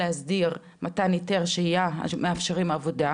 להסדיר מתן היתרי שהייה שמאפשרים עבודה